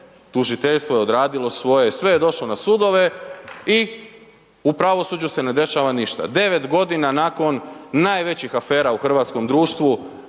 tužiteljstvo je odradilo svoje, sve je došlo na sudove i u pravosuđu se ne dešava ništa. 9 godina nakon najvećih afera u hrvatskom društvu